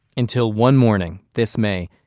until one morning, this may,